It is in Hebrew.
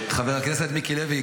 חבר הכנסת מיקי לוי,